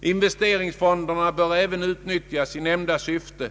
Även investeringsfonderna bör utnyttjas i nämnda syfte.